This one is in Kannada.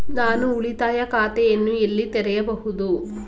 ನಾನು ಉಳಿತಾಯ ಖಾತೆಯನ್ನು ಎಲ್ಲಿ ತೆರೆಯಬಹುದು?